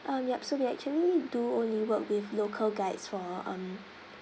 um yup so we actually do only work with local guides for um